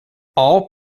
all